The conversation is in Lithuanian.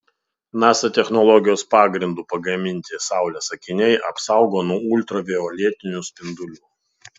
nasa technologijos pagrindu pagaminti saulės akiniai apsaugo nuo ultravioletinių spindulių